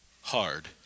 hard